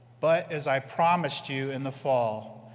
but, as i promised you in the fall,